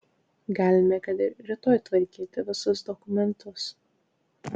galime kad ir rytoj tvarkyti visus dokumentus